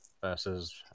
versus